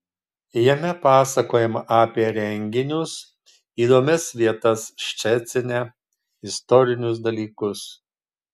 jame pasakojama apie renginius įdomias vietas ščecine istorinius dalykus